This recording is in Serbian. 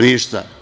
Ništa.